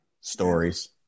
stories